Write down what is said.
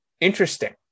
interesting